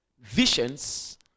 Visions